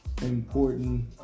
important